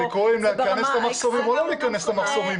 אבל לקרוא להם להיכנס למחסומים או לא להיכנס למחסומים,